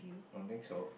don't think so